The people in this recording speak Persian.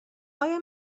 آیا